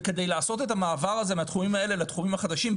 כדי לעשות את המעבר מהתחומים האלה לתחומים החדשים,